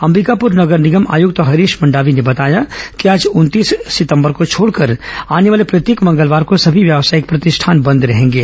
अंबिकापुर नगर निगम आयुक्त हरीश मंडावी ने बताया कि आज उनतीस सितंबर को छोड़कर आने वाले प्रत्येक मंगलवार को सभी व्यावसायिक प्रतिष्ठान बंद रहेंगे